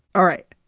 all right.